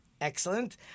Excellent